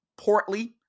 portly